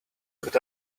got